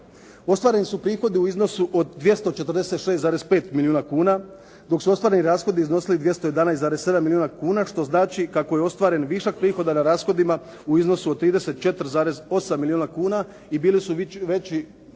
Ostvareni su prihodi u iznosu od 246,5 milijuna kuna, dok su ostvareni rashodi iznosili 211,7 milijuna kuna što znači kako je ostvaren višak prihoda na rashodima u iznosu od 34,8 milijuna kuna i bili su veći,